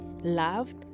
loved